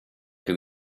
piú